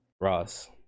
Ross